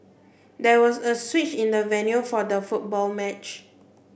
there was a switch in the venue for the football match